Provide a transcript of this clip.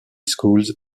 schools